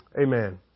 Amen